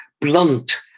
blunt